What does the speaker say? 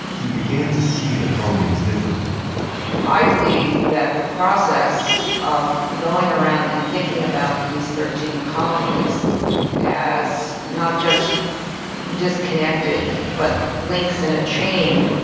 he began to see the colonies differently i believe that the process of going around and thinking about these thirteen colonies as not just disconnected, but links in a chain.